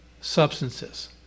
substances